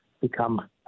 become